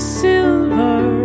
silver